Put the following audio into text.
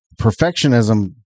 perfectionism